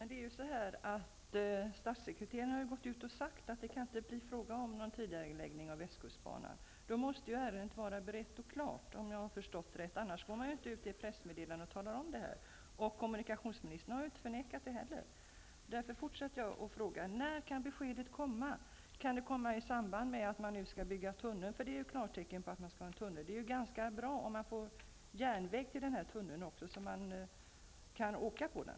Fru talman! Statssekreteraren har gått ut och sagt att det inte kan bli fråga om någon tidigareläggning när det gäller västkustbanan. Då måste, om jag har förstått det rätt, ärendet vara berett och klart. Annars skulle man inte gå ut med ett pressmeddelande och tala om detta, och kommunikationsministern har inte heller förnekat detta. Jag vill därför återigen fråga: När kan beskedet komma? Kan det komma i samband med att man skall bygga den tunnel som det nu finns klartecken för? Det vore ganska bra om man fick en järnväg till den tunneln också så att man kan åka genom den.